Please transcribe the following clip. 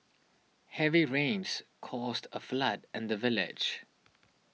heavy rains caused a flood in the village